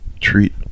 treat